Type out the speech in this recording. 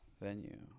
Venue